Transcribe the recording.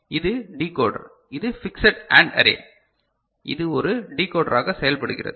இது டிகோடர் இது fixed AND array இது ஒரு டிகோடராக செயல்படுகிறது